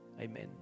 Amen